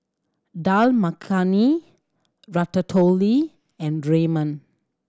Dal Makhani Ratatouille and Ramen